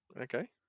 Okay